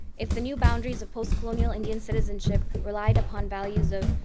if the new boundaries of post-colonial indian citizenship relied upon values of,